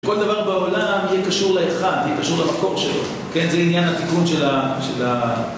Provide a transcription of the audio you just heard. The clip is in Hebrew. כל דבר בעולם יהיה קשור לאחד, יהיה קשור למקור שלו, כן? זה עניין התיקון של ה...